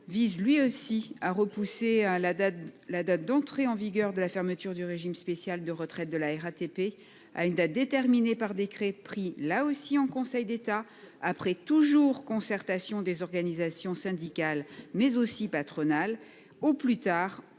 vise, lui aussi, à repousser l'entrée en vigueur de la fermeture du régime spécial de retraite de la RATP à une date déterminée par décret pris en Conseil d'État, toujours après concertation des organisations syndicales et patronales, au plus tard